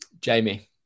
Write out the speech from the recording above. Jamie